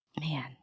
Man